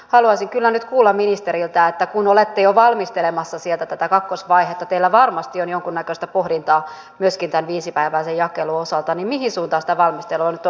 haluaisin kyllä nyt kuulla ministeriltä että kun olette jo valmistelemassa siellä tätä kakkosvaihetta teillä varmasti on jonkunnäköistä pohdintaa myöskin tämän viisipäiväisen jakelun osalta mihin suuntaan sitä valmistelua nyt ollaan viemässä